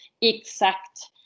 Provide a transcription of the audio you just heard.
exact